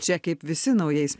čia kaip visi naujais